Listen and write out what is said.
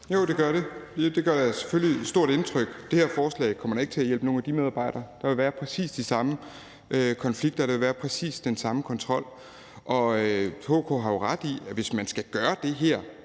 Jo, det gør det. Det gør selvfølgelig stort indtryk, men det her forslag kommer da ikke til at hjælpe nogle af de medarbejdere. Der vil være præcis de samme konflikter, og der vil være præcis den samme kontrol. HK har jo ret i, at hvis man skal gøre det her